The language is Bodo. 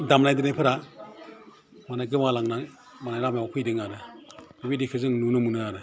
दामनाय देनायफ्रा माने गोमालांनाय माने लामायाव फैदों आरो बेबायदिखो जों नुनो मोनो आरो